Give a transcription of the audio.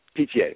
PTA